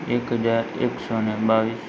એક હજાર એકસો ને બાવીસ